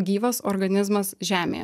gyvas organizmas žemėje